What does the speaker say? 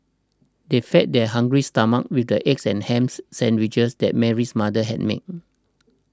they fed their hungry stomachs with the egg and ham sandwiches that Mary's mother had made